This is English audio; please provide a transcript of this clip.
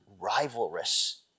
rivalrous